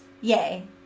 Yay